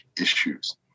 issues